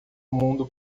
mundo